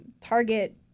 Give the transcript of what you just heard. Target